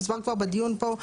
והוסבר כבר בדיון פה,